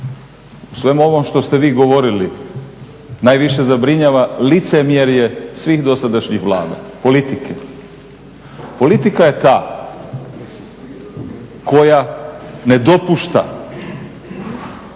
svemu ovom što ste vi govorili najviše zabrinjava licemjerje svih dosadašnjih Vlada, politike. Politika je ta koja ne dopušta,